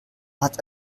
hat